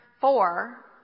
four